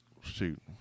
shoot